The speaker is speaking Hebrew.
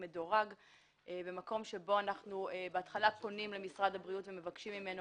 מדורג במקום שבו בהתחלה פונים למשרד הבריאות ומבקשים ממנו